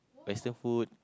western food